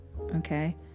okay